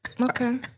Okay